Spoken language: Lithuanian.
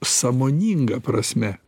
sąmoninga prasme